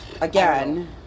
again